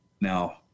Now